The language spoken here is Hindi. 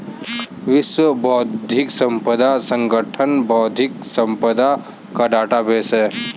विश्व बौद्धिक संपदा संगठन बौद्धिक संपदा का डेटाबेस है